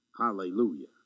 Hallelujah